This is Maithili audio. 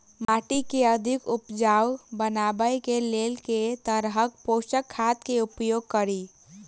माटि केँ अधिक उपजाउ बनाबय केँ लेल केँ तरहक पोसक खाद केँ उपयोग करि?